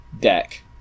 deck